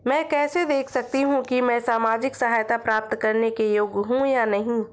मैं कैसे देख सकती हूँ कि मैं सामाजिक सहायता प्राप्त करने के योग्य हूँ या नहीं?